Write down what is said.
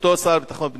אותו שר לביטחון הפנים.